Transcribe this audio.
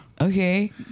Okay